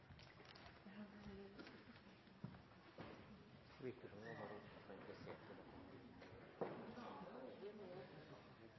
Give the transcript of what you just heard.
så mange som nå, så har